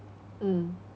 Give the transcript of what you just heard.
mm